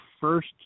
first